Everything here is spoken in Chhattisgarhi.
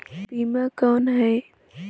बीमा कौन है?